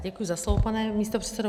Děkuji za slovo, pane místopředsedo.